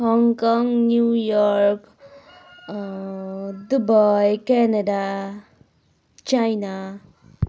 Hong Kong New York Dubai Canada China